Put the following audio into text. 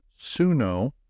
Suno